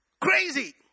Crazy